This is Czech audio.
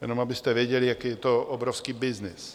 Jenom abyste věděli, jaký je to obrovský byznys.